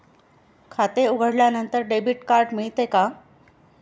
खाते उघडल्यानंतर debit card मिळते का?